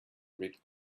red